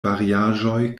variaĵoj